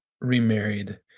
remarried